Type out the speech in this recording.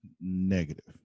Negative